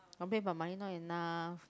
my bank but money not enough